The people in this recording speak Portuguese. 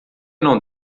não